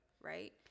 right